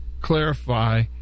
clarify